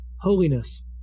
holiness